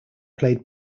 played